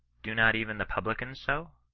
do not even the publicans so?